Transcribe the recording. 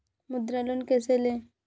मुद्रा लोन कैसे ले?